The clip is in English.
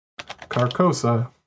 Carcosa